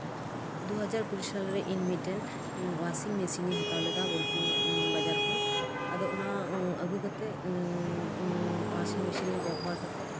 ᱫᱩ ᱦᱟᱡᱟᱨ ᱠᱩᱲᱤ ᱥᱟᱞᱨᱮ ᱤᱧ ᱢᱤᱫᱴᱟᱱ ᱳᱣᱟᱥᱤᱝ ᱢᱮᱥᱤᱱ ᱤᱧ ᱦᱟᱛᱟᱣ ᱞᱮᱫᱟ ᱵᱳᱞᱯᱩᱨ ᱵᱟᱡᱟᱨ ᱠᱷᱚᱱ ᱟᱫᱚ ᱚᱱᱟ ᱟᱹᱜᱩ ᱠᱟᱛᱮᱜ ᱳᱣᱟᱥᱤᱱ ᱢᱮᱥᱤᱱ ᱵᱮᱵᱚᱦᱟᱨ ᱠᱟᱛᱮᱜ